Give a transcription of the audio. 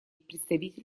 представитель